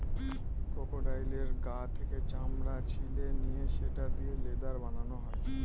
ক্রোকোডাইলের গা থেকে চামড়া ছিলে নিয়ে সেটা দিয়ে লেদার বানানো হয়